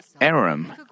Aram